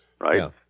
right